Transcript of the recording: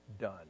done